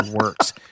works